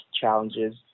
challenges